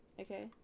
Okay